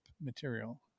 material